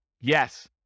yes